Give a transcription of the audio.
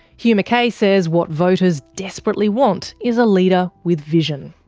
hugh mackay says what voters desperately want is a leader with vision.